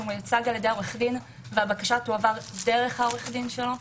שמיוצג על-ידי עורך דין והבקשה תועבר דרך עורך הדין שלו.